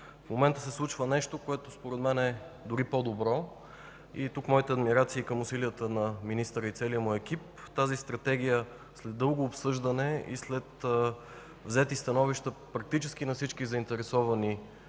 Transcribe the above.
В момента се случва нещо, което според мен е дори по-добро. Тук – моите адмирации към усилията на министъра и целия му екип, тази Стратегия след дълго обсъждане и след взети становища, практически на всички заинтересовани